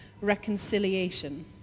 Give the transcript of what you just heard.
reconciliation